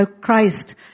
Christ